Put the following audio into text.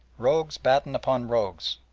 rogues batten upon rogues.